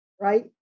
Right